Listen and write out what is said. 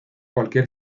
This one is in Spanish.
cualquier